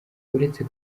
uretse